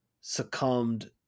succumbed